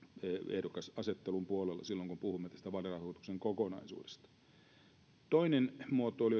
ehdokasasettelun puolella silloin kun puhumme vaalirahoituksen kokonaisuudesta toinen muotoilu